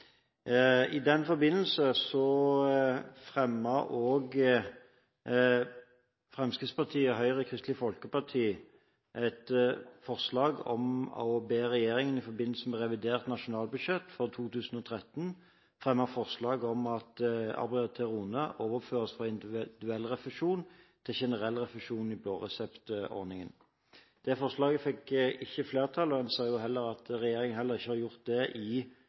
den forbindelse fremmet Fremskrittspartiet, Høyre og Kristelig Folkeparti et forslag om å be regjeringen i forbindelse med revidert nasjonalbudsjett for 2013 fremme forslag om at «Abiraterone overføres fra individuell refusjon til generell refusjon i blåreseptordningen». Dette forslaget fikk ikke flertall. En ser at regjeringen heller ikke har gjort det i